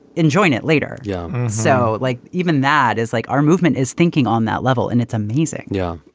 enjoin it later. yeah so like even that is like our movement is thinking on that level. and it's amazing. yeah,